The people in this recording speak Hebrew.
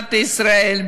מדינת ישראל,